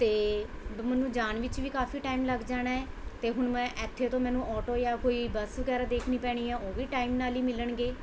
ਅਤੇ ਮੈਨੂੰ ਜਾਣ ਵਿੱਚ ਵੀ ਕਾਫੀ ਟਾਈਮ ਲੱਗ ਜਾਣਾ ਏ ਅਤੇ ਹੁਣ ਮੈਂ ਇੱਥੇ ਤੋਂ ਮੈਨੂੰ ਆਟੋ ਜਾਂ ਕੋਈ ਬੱਸ ਵਗੈਰਾ ਦੇਖਣੀ ਪੈਣੀ ਹੈ ਉਹ ਵੀ ਟਾਈਮ ਨਾਲ ਹੀ ਮਿਲਣਗੇ